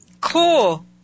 Cool